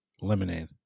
lemonade